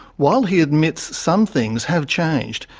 while he admits some things have changed,